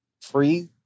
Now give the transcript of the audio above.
free